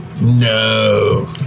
no